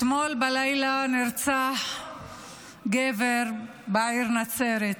אתמול בלילה נרצח גבר בעיר נצרת,